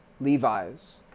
Levi's